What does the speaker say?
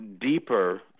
deeper